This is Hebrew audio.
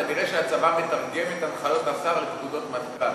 כנראה הצבא מתרגם את הנחיות השר לפקודות מטכ"ל,